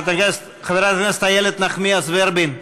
חברת הכנסת איילת נחמיאס ורבין,